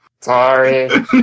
Sorry